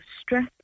stress